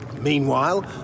Meanwhile